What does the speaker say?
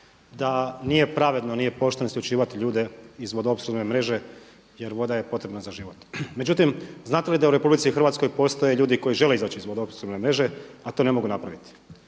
da nije pravedno nije pošteno isključivati ljude iz vodoopskrbne mreže jer voda je potrebna za život. Međutim, znate li da u RH postoje ljudi koji žele izaći iz vodoopskrbne mreže, a to ne mogu napraviti?